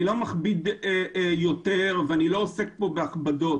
אני לא מכביד יותר ואני לא עוסק כאן בהכבדות.